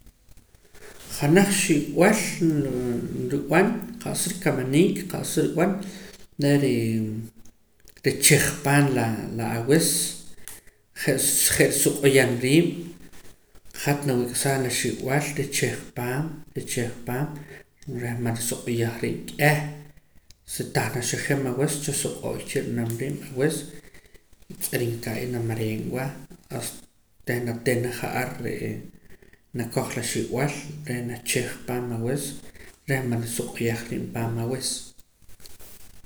Janaj xiib'al nruu nrub'an qa'sa rikamaniik qa'sa rib'an re' ree richej paam laa la awis je' ris je' risuq'uyam riib' hat nawik'saam la xiib'al richej paam richej paam reh marisuq'uyaj riib' k'eh si tah naxijim awis chasuq'u'y cha nre'nam riib' awis tz'irinka' ya namareen wa hast reh natina ja'ar re'ee nakoj la xiib'al reh nachij paam awis reh marisuq'uyaj riib' paam awis